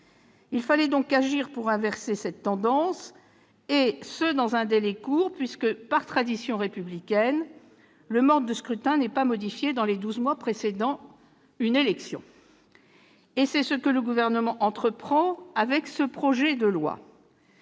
Il fallait donc agir pour inverser cette tendance, et ce dans un délai court puisque, par tradition républicaine, le mode de scrutin n'est pas modifié dans les douze mois précédant une élection. C'est ce que le Gouvernement entreprend avec ce projet de loi.